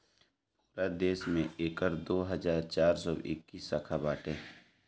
पूरा देस में एकर दो हज़ार चार सौ इक्कीस शाखा बाटे